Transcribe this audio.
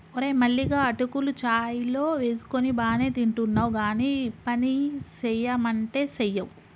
ఓరే మల్లిగా అటుకులు చాయ్ లో వేసుకొని బానే తింటున్నావ్ గానీ పనిసెయ్యమంటే సెయ్యవ్